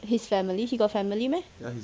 his family he got family meh